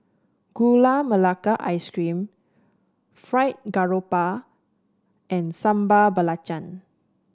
Gula Melaka Ice Cream Fried Garoupa and Sambal Belacan